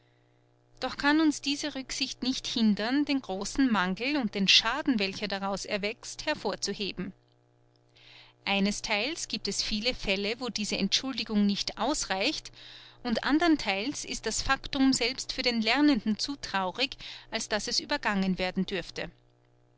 doch kann uns diese rücksicht nicht hindern den großen mangel und den schaden welcher daraus erwächst hervorzuheben einestheils gibt es viele fälle wo diese entschuldigung nicht ausreicht und anderntheils ist das faktum selbst für den lernenden zu traurig als daß es übergangen werden dürfte